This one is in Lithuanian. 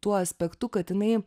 tuo aspektu kad jinai